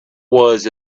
was